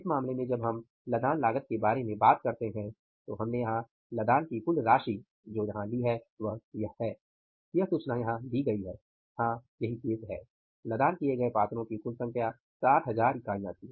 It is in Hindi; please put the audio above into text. इस मामले में जब हम लदान लागत के बारे में बात करते हैं तो हमने यहाँ लदान की की कुल राशि जो यहाँ ली है वह यह है यह सूचना यहां दी गई है हां यही केस है लदान किये गए पात्रों की कुल संख्या 60000 इकाईयां थी